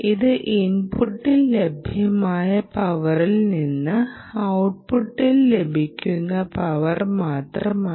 ഇത് ഇൻപുട്ടിൽ ലഭ്യമായ പവറിൽ നിന്ന് ഔട്ട്പുട്ടിൽ ലഭിക്കുന്ന പവർ മാത്രമാണ്